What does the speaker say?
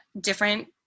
different